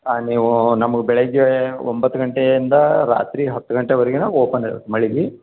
ಹಾಂ ನೀವು ನಮ್ಗ ಬೆಳಗ್ಗೆ ಒಂಬತ್ತು ಗಂಟೆಯಿಂದ ರಾತ್ರಿ ಹತ್ತು ಗಂಟೆವರೆಗೆನೆ ಓಪನ್ ಇರುತ್ತೆ ಮಳಿಗಿ